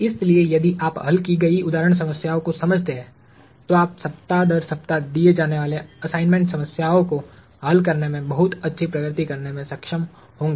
इसलिए यदि आप हल की गई उदाहरण समस्या को समझते हैं तो आप सप्ताह दर सप्ताह दिए जाने वाले असाइनमेंट समस्याओं को हल करने में बहुत अच्छी प्रगति करने में सक्षम होंगे